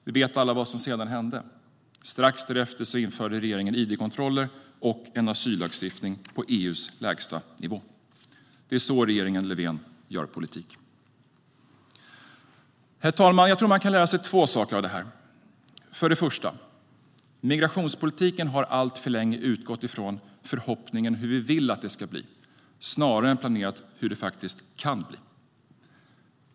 Vi vet alla vad som sedan hände - strax därefter införde regeringen id-kontroller och en asyllagstiftning på EU:s lägsta nivå. Det är så regeringen Löfven gör politik. Herr talman! Jag tror att man kan lära sig två saker av detta. Det första är att migrationspolitiken alltför länge har utgått ifrån förhoppningen om hur vi vill att det ska bli snarare än planerat för hur det faktiskt kan bli.